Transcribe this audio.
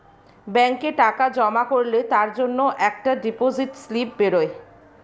ব্যাংকে টাকা জমা করলে তার জন্যে একটা ডিপোজিট স্লিপ বেরোয়